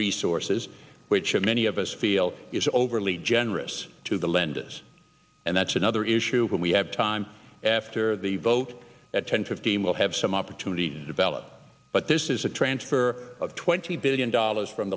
resources which many of us feel is overly generous to the lenders and that's another issue but we have time after the vote at ten fifteen we'll have some opportunity to develop but this is a transfer of twenty billion dollars from